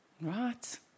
Right